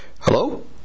hello